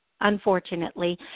unfortunately